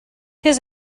his